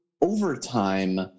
overtime